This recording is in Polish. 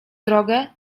drogę